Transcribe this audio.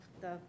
The-